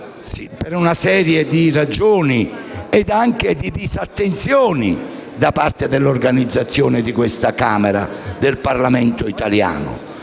per una serie di ragioni e anche di disattenzioni da parte dell'organizzazione di questa Camera del Parlamento italiano.